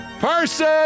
person